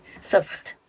suffered